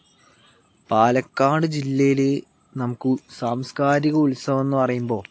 പാലക്കാട് ജില്ലയില് നമക്ക് സാംസ്കാരിക ഉത്സവം എന്ന് പറയുമ്പോൾ